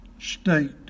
state